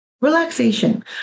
Relaxation